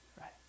right